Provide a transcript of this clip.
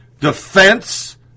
defense